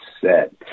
set